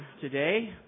today